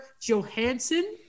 Johansson